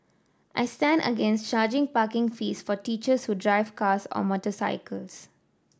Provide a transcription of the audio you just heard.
I stand against charging parking fees for teachers who drive cars or motorcycles